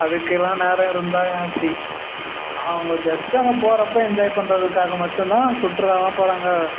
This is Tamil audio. அதுக்கெல்லாம் நேரம் இருந்தால் ஏன் இப்படி அவங்க ஜஸ்ட்டு அங்கே போகிறப்ப என்ஜாய் பண்ணுறதுக்காக மட்டுந்தான் சுற்றுலாலாம் போகிறாங்க